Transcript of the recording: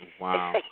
Wow